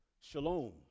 shalom